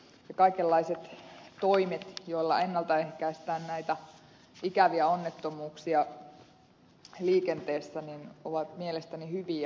kaikenlaiset toimet joilla ennalta ehkäistään näitä ikäviä onnettomuuksia liikenteessä ovat mielestäni hyviä